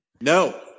No